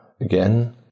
again